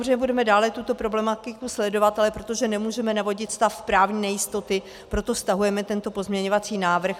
My samozřejmě budeme dále tuto problematiku sledovat, ale protože nemůžeme navodit stav právní nejistoty, proto stahujeme tento pozměňovací návrh.